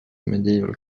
medieval